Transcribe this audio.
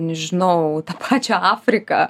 nežinau tą pačią afriką